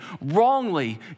wrongly